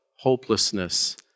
hopelessness